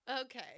Okay